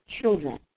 children